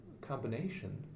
combination